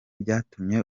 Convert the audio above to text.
byatumye